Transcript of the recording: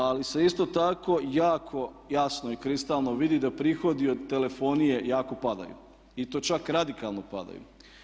Ali se isto tako jako jasno i kristalno vidi da prihodi od telefonije jako padaju, i to čak radikalno padaju.